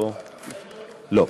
לא.